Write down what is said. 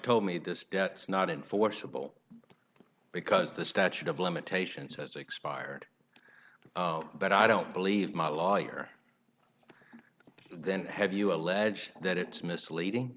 told me this is not enforceable because the statute of limitations has expired but i don't believe my lawyer then have you alleged that it's misleading